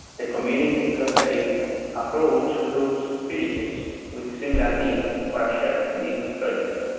the community clustering approach groups villages with similar needs for a shared related projects.